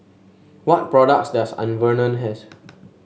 what products does Enervon has